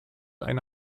eine